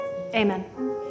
Amen